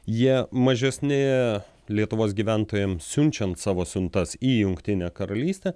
jie mažesni lietuvos gyventojam siunčiant savo siuntas į jungtinę karalystę